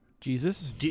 Jesus